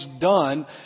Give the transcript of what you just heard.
done